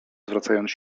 zwracając